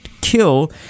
kill